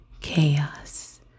chaos